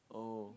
oh